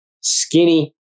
skinny